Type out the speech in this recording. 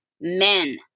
men